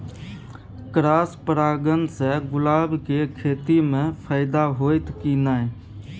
Cross परागण से गुलाब के खेती म फायदा होयत की नय?